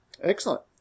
Excellent